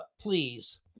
please